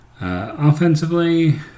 Offensively